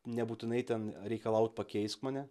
nebūtinai ten reikalaut pakeisk mane